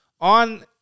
on